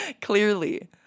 clearly